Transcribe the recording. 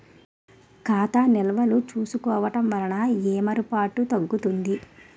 ఖాతా నిల్వలు చూసుకోవడం వలన ఏమరపాటు తగ్గుతుంది